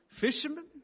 Fishermen